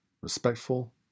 respectful